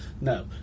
no